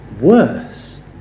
worse